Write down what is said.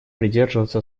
придерживаться